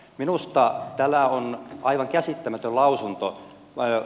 minusta tämä on aivan käsittämätön lausunto